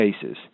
cases